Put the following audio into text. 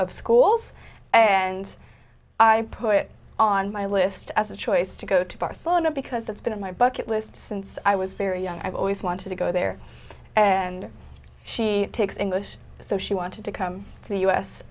of schools and i put it on my list as a choice to go to barcelona because that's been on my bucket list since i was very young i've always wanted to go there and she takes english so she wanted to come to the u s